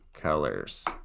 colors